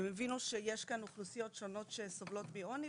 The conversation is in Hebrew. הם הבינו שיש כאן אוכלוסיות שונות שסובלות מעוני,